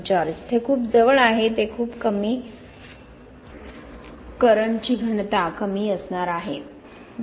George ते खूप जवळ आहे तेथे खूप कमी करन्ट घनता असणार आहे डॉ